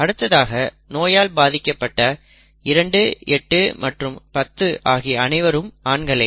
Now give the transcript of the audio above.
அடுத்ததாக நோயால் பாதிக்கப்பட்ட 2 8 மற்றும் 10 ஆகிய அனைவரும் ஆண்களே